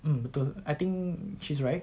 um betul I think she's right